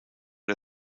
der